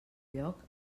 lloc